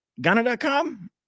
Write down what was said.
Ghana.com